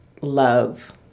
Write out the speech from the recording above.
love